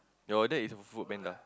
your dad is a Food Panda